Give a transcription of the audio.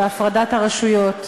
בהפרדת הרשויות,